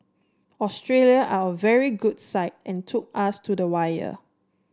Australia are a very good side and took us to the wire